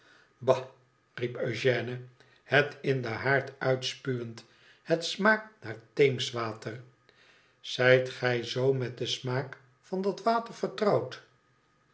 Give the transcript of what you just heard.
riep eugène het in den haard uitspuwend ihet smaakt naar theemswater zijt gij zoo met den smaak van dat water vertrouwd